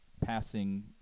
passing